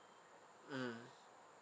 mm